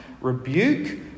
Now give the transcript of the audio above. rebuke